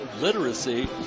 literacy